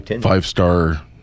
five-star